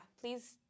please